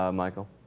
um michael